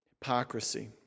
hypocrisy